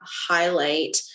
highlight